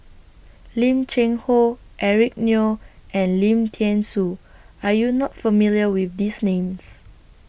Lim Cheng Hoe Eric Neo and Lim Thean Soo Are YOU not familiar with These Names